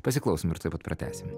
pasiklausom ir tuoj pat pratęsim